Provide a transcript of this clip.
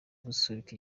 gusubika